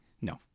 No